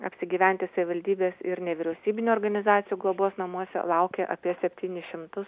apsigyventi savivaldybės ir nevyriausybinių organizacijų globos namuose laukia apie septynis šimtus